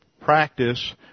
practice